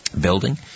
building